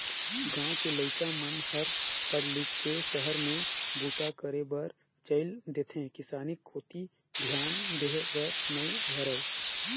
गाँव के लइका मन हर पढ़ लिख के सहर में बूता करे बर चइल देथे किसानी कोती धियान देय बर नइ धरय